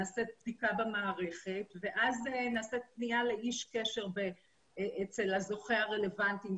נעשית בדיקה במערכת ואז נעשית פנייה לאיש קשר אצל הזוכה הרלוונטי,